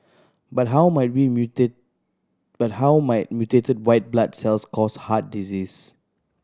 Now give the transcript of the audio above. but how might but how might mutated white blood cells cause heart disease